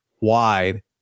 wide